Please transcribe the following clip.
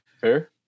Fair